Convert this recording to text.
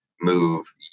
move